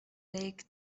lake